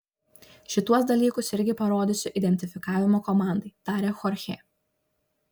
šituos dalykus irgi parodysiu identifikavimo komandai tarė chorchė